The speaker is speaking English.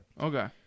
okay